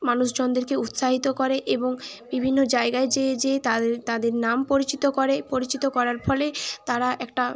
মানুষজনদেরকে উৎসাহিত করে এবং বিভিন্ন জায়গায় যেয়ে যেয়ে তাদের তাদের নাম পরিচিত করে পরিচিত করার ফলে তারা একটা